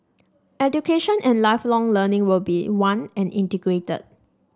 Education and Lifelong Learning will be one and integrated